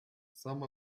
some